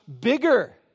bigger